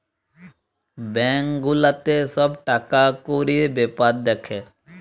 bank গুলাতে সব টাকা কুড়ির বেপার দ্যাখে